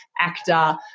actor